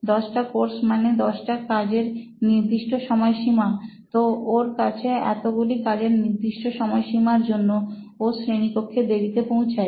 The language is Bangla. দশটা কোর্স মানে দশটা কাজের নির্দিষ্ট সময়সীমা তো ওর কাছে এতগুলো কাজের নির্দিষ্ট সময়সীমার জন্য ও শ্রেণিকক্ষে দেরিতে পৌঁছয়